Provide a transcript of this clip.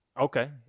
Okay